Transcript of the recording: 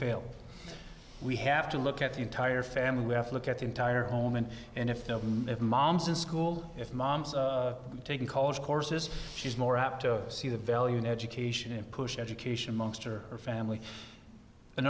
fail we have to look at the entire family we have to look at the entire home and and if the if mom's in school if mom's taking college courses she's more apt to see the value in education and push education monster family